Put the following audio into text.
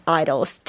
idols